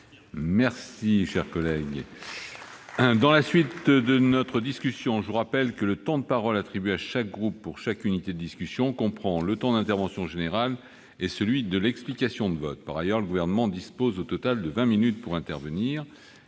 Mes chers collègues, je vous rappelle que le temps de parole attribué à chaque groupe pour chaque discussion comprend le temps d'intervention générale et celui de l'explication de vote. Par ailleurs, le Gouvernement dispose au total de vingt minutes pour intervenir.